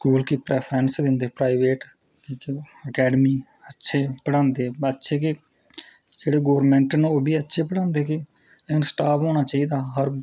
school गी preference दिंदे private क्यूंकि अकैडमी अच्छा पढ़ांदे साढे गोरमैंट न ओह् बी अच्छा पढ़ांदे स्टाफ होना चाहिदा